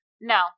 No